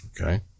Okay